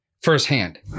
firsthand